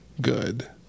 good